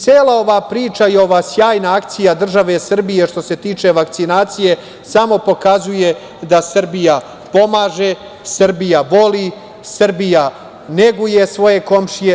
Cela ova priča i ova sjajna akcija države Srbije, što se tiče vakcinacije, samo pokazuje da Srbija pomaže, Srbija voli, Srbija neguje svoje komšije.